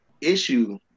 issue